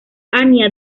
anya